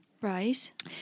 Right